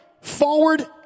forward